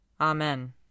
Amen